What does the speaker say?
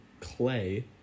clay